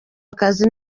akazi